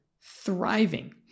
thriving